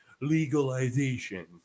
legalization